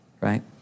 right